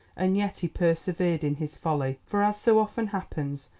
and yet he persevered in his folly. for, as so often happens,